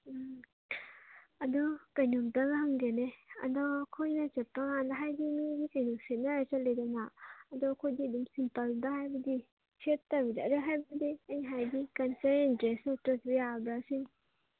ꯎꯝ ꯑꯗꯨ ꯀꯩꯅꯣꯝꯇꯒ ꯍꯪꯒꯦꯅꯦ ꯑꯗꯣ ꯑꯩꯈꯣꯏꯅ ꯆꯠꯄꯀꯥꯟꯗ ꯍꯥꯏꯗꯤ ꯃꯤꯗꯤ ꯀꯩꯅꯣ ꯁꯦꯠꯅꯔ ꯆꯠꯂꯤꯗꯅ ꯑꯗꯣ ꯑꯩꯈꯣꯏꯗꯤ ꯑꯗꯨꯝ ꯁꯤꯝꯄꯜꯗ ꯍꯥꯏꯕꯗꯤ ꯁꯦꯠꯇꯕꯤꯗ ꯍꯥꯏꯕꯗꯤ ꯑꯩꯅ ꯍꯥꯏꯗꯤ ꯀꯜꯆꯔꯦꯜ ꯗ꯭ꯔꯦꯁ ꯁꯦꯠꯇ꯭ꯔꯁꯨ ꯌꯥꯕ꯭ꯔ ꯁꯤꯅꯤ